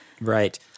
Right